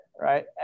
right